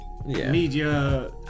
Media